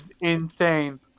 insane